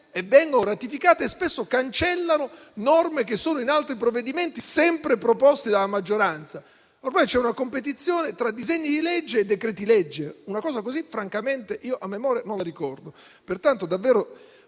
vengono ratificate e spesso cancellano norme che si trovano in altri provvedimenti sempre proposti dalla maggioranza. Ormai c'è una competizione tra disegni di legge e decreti-legge. Una cosa simile francamente non la ricordo.